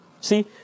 See